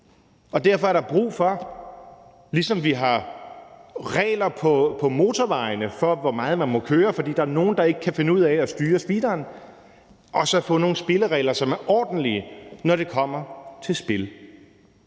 derfor er der brug for, ligesom vi har regler på motorvejene for, hvor meget man må køre, fordi der er nogle, der ikke kan finde ud af at styre speederen, at få nogle spilleregler, som er ordentlige, når det kommer til spil.